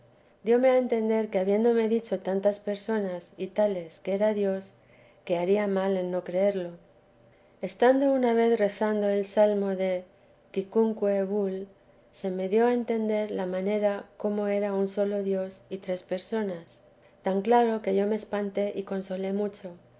tienes dióme a entender que habiéndome dicho tantas personas y tales que era dios que haría mal en no creerlo estando rezando el salmo de quicumque valt se me dio a entender la manera cómo era un solo dios y tres personas y tan cl aro que yo me espanté y consolé mucho